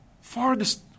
farthest